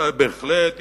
בהחלט יש,